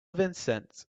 vincent